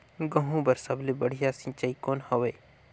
गहूं बर सबले बढ़िया सिंचाई कौन हवय?